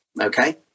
Okay